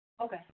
Okay